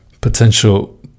potential